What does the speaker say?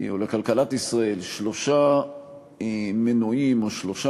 אבל רק נסו לדמיין מוקדן, לו אתם, כל אחד